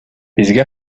бизге